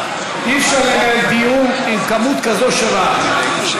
אי-אפשר לנהל דיון עם כמות כזאת של רעש.